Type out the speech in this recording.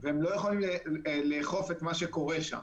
והם לא יכולים לאכוף את מה שקורה שם.